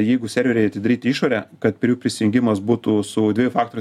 jeigu serveriai atidaryti į išorę kad prie jų prisijungimas būtų su dviejų faktorių